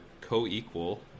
co-equal